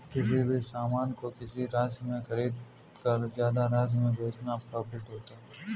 किसी भी सामान को किसी राशि में खरीदकर ज्यादा राशि में बेचना प्रॉफिट होता है